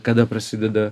kada prasideda